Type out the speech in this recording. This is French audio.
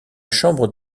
chambre